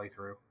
playthrough